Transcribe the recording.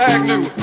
Agnew